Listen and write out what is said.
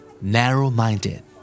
Narrow-minded